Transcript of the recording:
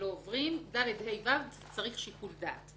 לא עוברים, לגבי ד', ה' ו-ו' צריך שיקול דעת.